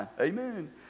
amen